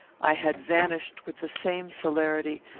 i had vanished with the same celerity,